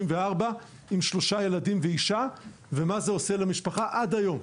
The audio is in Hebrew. עם שלושה ילדים ואישה ומה זה עושה למשפחה עד היום.